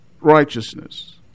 Righteousness